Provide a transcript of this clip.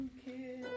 Okay